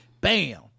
Bam